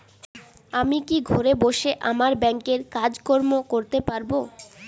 আমি কি ঘরে বসে আমার ব্যাংকের কাজকর্ম করতে পারব?